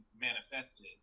manifested